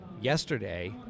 Yesterday